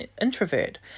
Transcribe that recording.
introvert